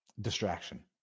distraction